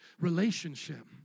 relationship